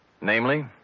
Namely